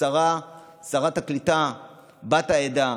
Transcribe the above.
ששרת הקליטה היא בת העדה,